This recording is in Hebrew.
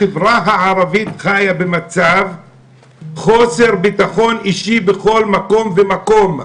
החברה הערבית חיה במצב חוסר ביטחון אישי בכל מקום ומקום.